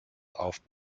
auf